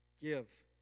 Give